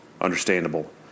understandable